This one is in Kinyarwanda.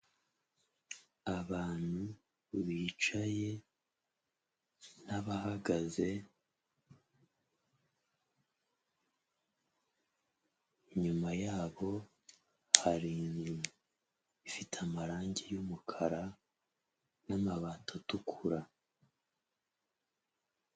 Abantu bicaye n'abahagaze, inyuma yabo hari inzu ifite amarange y'umukara n'amabati atukura.